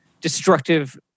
destructive